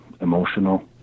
emotional